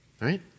right